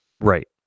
Right